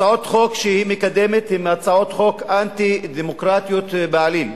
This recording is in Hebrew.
הצעות חוק שהיא מקדמת הן הצעות חוק אנטי-דמוקרטיות בעליל.